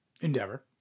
endeavor